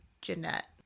Jeanette